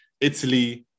Italy